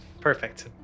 perfect